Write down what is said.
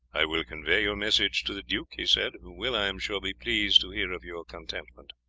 i will convey your message to the duke, he said, who will, i am sure, be pleased to hear of your contentment.